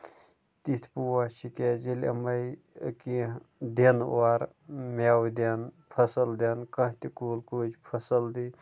تِتھۍ پوش چھِ کیٛازِ ییٚلہِ یِمَے کیٚنٛہہ دِنۍ اورٕ میٚوٕ دِنۍ فَصٕل دِنۍ کانٛہہ تہِ کُلۍ کٲج فَصٕل دِی